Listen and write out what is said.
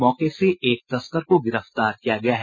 मौके से एक तस्कर को गिरफ्तार किया गया है